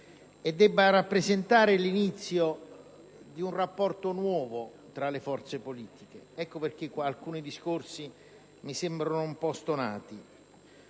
e debba rappresentare l'inizio di un rapporto nuovo tra le forze politiche. Questo è il motivo per cui alcuni discorsi mi sembrano un po' stonati.